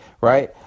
right